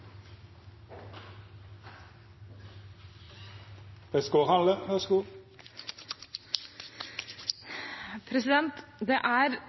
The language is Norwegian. jobbe på. Så det er